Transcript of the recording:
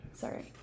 sorry